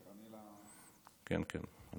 כן, כן.